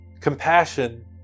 compassion